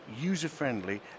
user-friendly